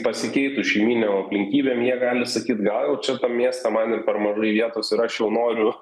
pasikeitus šeimyninėm aplinkybėm jie gali sakyt gal jau čia tam mieste man ir per mažai vietos ir aš jau noriu